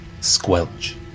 Squelch